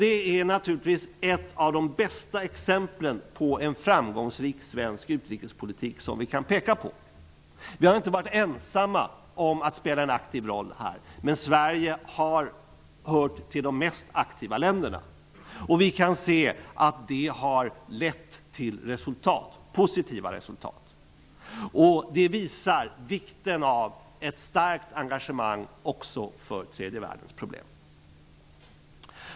Det är naturligtvis ett av de bästa exemplen på framgångsrik svensk utrikespolitik som vi kan peka på. Vi har inte varit ensamma om att spela en aktiv roll här. Men Sverige har hört till de mest aktiva länderna. Vi kan se att det har gett positiva resultat. Detta visar vikten av ett starkt engagemang också för tredje världens problem.